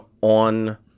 on